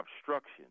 obstruction